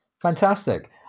Fantastic